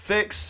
Fix